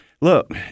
look